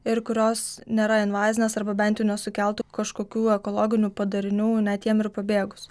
ir kurios nėra invazinės arba bent nesukeltų kažkokių ekologinių padarinių net jiem ir pabėgus